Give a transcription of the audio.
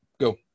Go